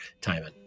Timon